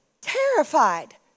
terrified